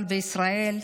בישראל,